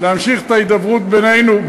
להמשיך את ההידברות בינינו,